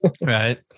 Right